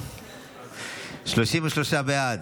31 בעד,